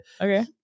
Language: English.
Okay